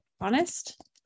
honest